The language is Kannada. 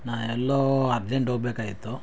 ನಾನು ಎಲ್ಲೋ ಅರ್ಜೆಂಟ್ ಹೋಗಬೇಕಾಗಿತ್ತು